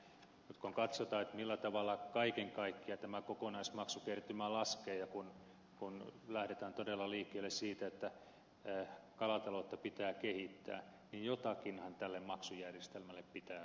nyt kun katsotaan millä tavalla kaiken kaikkiaan tämä kokonaismaksukertymä laskee ja kun lähdetään todella liikkeelle siitä että kalataloutta pitää kehittää niin jotakinhan tälle maksujärjestelmälle pitää tehdä